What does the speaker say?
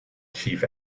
chief